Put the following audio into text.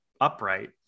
upright